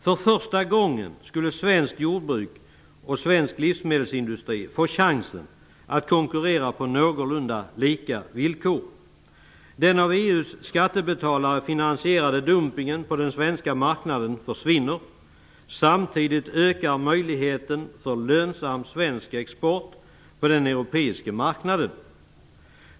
För första gången skulle svenskt jordbruk och svensk livsmedelsindustri få chansen att konkurrera på någorlunda lika villkor. Den av EU:s skattebetalare finansierade dumpningen på den svenska marknaden försvinner. Samtidigt ökar möjligheten för lönsam svensk export på den europeiska marknaden.